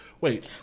Wait